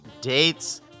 dates